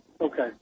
Okay